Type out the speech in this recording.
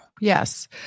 Yes